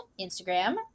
Instagram